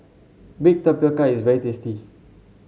Baked Tapioca is very tasty